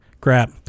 crap